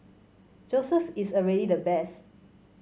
Joseph is already the best